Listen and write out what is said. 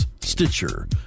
stitcher